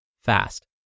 fast